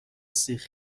سیخ